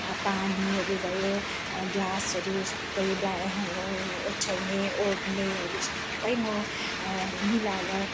पानीहरू भयो ग्लासहरू सबै ब्ला ओछ्याउने ओढ्नेहरू सबै म मिलाएर